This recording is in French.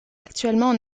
actuellement